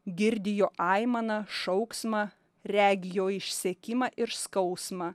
girdi jo aimaną šauksmą regi jo išsekimą ir skausmą